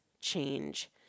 change